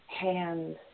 hands